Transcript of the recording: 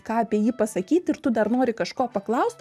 ką apie jį pasakyti ir tu dar nori kažko paklaust